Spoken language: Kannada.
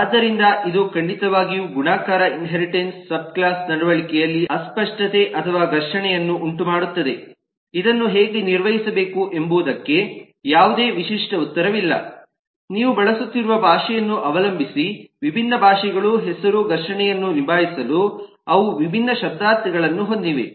ಆದ್ದರಿಂದ ಇದು ಖಂಡಿತವಾಗಿಯೂ ಗುಣಾಕಾರ ಇನ್ಹೇರಿಟೆನ್ಸ್ ಸಬ್ಕ್ಲಾಸ್ ನಡವಳಿಕೆಯಲ್ಲಿ ಅಸ್ಪಷ್ಟತೆ ಅಥವಾ ಘರ್ಷಣೆಯನ್ನು ಉಂಟುಮಾಡುತ್ತದೆ ಇದನ್ನು ಹೇಗೆ ನಿರ್ವಹಿಸಬೇಕು ಎಂಬುದಕ್ಕೆ ಯಾವುದೇ ವಿಶಿಷ್ಟ ಉತ್ತರವಿಲ್ಲ ನೀವು ಬಳಸುತ್ತಿರುವ ಭಾಷೆಯನ್ನು ಅವಲಂಬಿಸಿ ವಿಭಿನ್ನ ಭಾಷೆಗಳು ಹೆಸರು ಘರ್ಷಣೆಯನ್ನು ನಿಭಾಯಿಸಲು ಅವು ವಿಭಿನ್ನ ಶಬ್ದಾರ್ಥಗಳನ್ನು ಹೊಂದಿವೆ